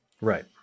Right